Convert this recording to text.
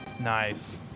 Nice